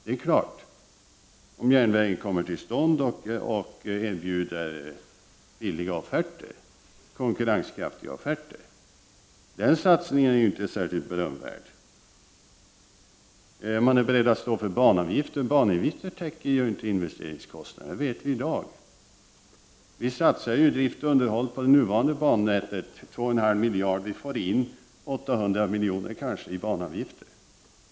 Det är klart att man är det, om järnvägen kommer till stånd och erbjuder billiga, konkurrenskraftiga offerter. Den satsningen är inte särskilt berömvärd. Man är beredd att stå för banavgifter. Men banavgiften täcker inte investeringskostnaden. Det vet vi i dag. Vi satsar i drift och underhåll på det nuvarande bannätet 2,5 miljarder. Vi får in kanske 800 miljoner i banavgifter.